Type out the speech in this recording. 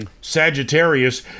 Sagittarius